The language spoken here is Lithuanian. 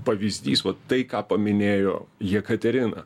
pavyzdys va tai ką paminėjo jekaterina